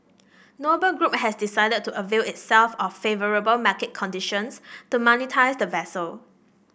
Noble Group has decided to avail itself of favourable market conditions to monetise the vessel